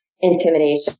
intimidation